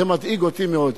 זה מדאיג אותי מאוד.